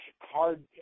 hard